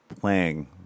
playing